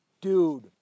dude